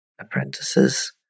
apprentices